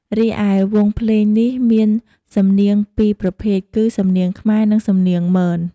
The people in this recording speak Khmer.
រីឯវង់ភ្លេងនេះមានសំនៀងពីរប្រភេទគឺ សំនៀងខ្មែរ និងសំនៀងមន។